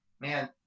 man